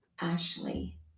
Ashley